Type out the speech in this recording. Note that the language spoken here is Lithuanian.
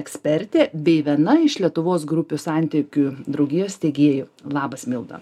ekspertė bei viena iš lietuvos grupių santykių draugijos steigėjų labas milda